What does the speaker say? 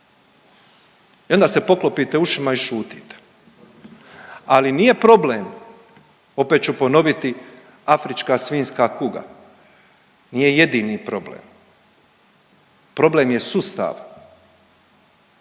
I onda se poklopite ušima i šutite, ali nije problem opet ću ponoviti afrička svinjska kuga, nije jedini problem. Problem je sustav